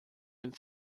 dem